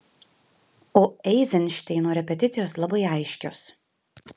o eizenšteino repeticijos labai aiškios